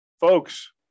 Folks